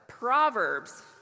Proverbs